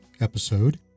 episode